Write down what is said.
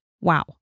Wow